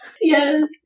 Yes